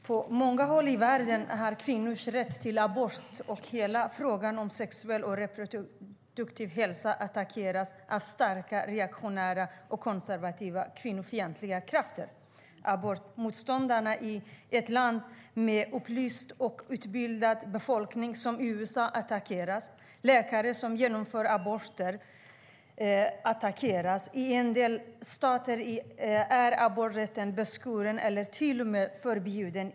På många håll i världen har kvinnors rätt till abort och hela frågan om sexuell och reproduktiv hälsa attackerats av starka reaktionära, konservativa och kvinnofientliga krafter. Abortmotståndarna i ett land med en upplyst och utbildad befolkning som USA attackeras. Läkare som genomför aborter attackeras. I en del stater i USA är aborträtten beskuren eller till och med förbjuden.